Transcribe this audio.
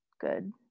good